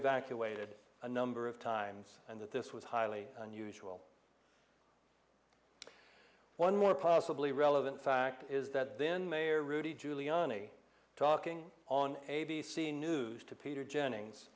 evacuated a number of times and that this was highly unusual one more possibly relevant fact is that then mayor rudy giuliani talking on a b c news to peter jennings